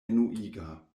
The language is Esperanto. enuiga